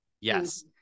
yes